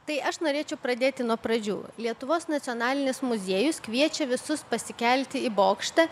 tai aš norėčiau pradėti nuo pradžių lietuvos nacionalinis muziejus kviečia visus pasikelti į bokštą